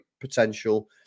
potential